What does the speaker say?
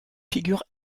figure